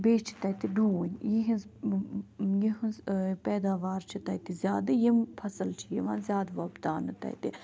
بیٚیہِ چھِ تتہِ دوٗنۍ یِہنٛز یِہنٛز پیداوار چھِ تتہِ زیادٕ یِم فصَل چھِ یوان زیادٕ وۄپداونہٕ تتہِ